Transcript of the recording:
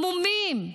המומים,